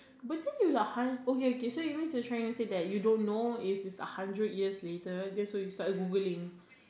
but then you like hunt you trying to say that you don't know it is a hundred years later then you so start Googling